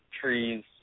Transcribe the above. trees